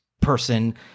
person